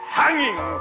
hanging